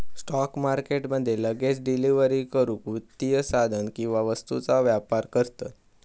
spot market मध्ये लगेच delivery करूक वित्तीय साधन किंवा वस्तूंचा व्यापार करतत